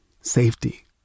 safety